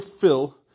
fill